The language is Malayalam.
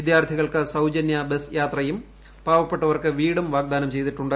വിദ്യാർത്ഥികൾക്ക് സൌജന്യ ബസ് യാത്രയും പാവപ്പെട്ടവർക്ക് വീടും വാഗ്ദാനം ചെയ്തിട്ടു ്